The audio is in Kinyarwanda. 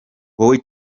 wowe